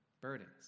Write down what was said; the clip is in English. Burdens